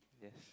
yes